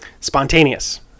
spontaneous